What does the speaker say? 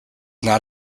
not